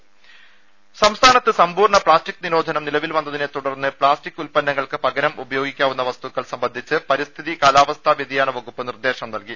അട്ട്ട്ട്ട്ട്ട്ട്ട സംസ്ഥാനത്ത് സമ്പൂർണ പ്ലാസ്റ്റിക് നിരോധനം നിലവിൽ വന്നതിനെ തുടർന്ന് പ്ലാസ്റ്റിക് ഉത്പന്നങ്ങൾക്ക് പകരം ഉപയോഗിക്കാവുന്ന വസ്തുക്കൾ സംബന്ധിച്ച് പരിസ്ഥിതി കാലാവസ്ഥാ വ്യതിയാന വകുപ്പ് നിർദ്ദേശം നൽകി